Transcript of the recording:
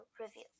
review